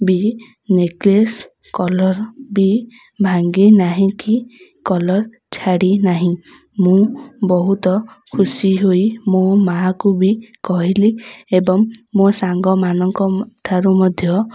ବି necklace collar ବି ଭାଙ୍ଗି ନାହିଁ କି କଲର୍ ଛାଡ଼ିନାହିଁ ମୁଁ ବହୁତ ଖୁସି ହୋଇ ମୋ ମା'କୁ ବି କହିଲି ଏବଂ ମୋ ସାଙ୍ଗମାନଙ୍କଠାରୁ ମଧ୍ୟ